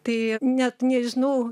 tai net nežinau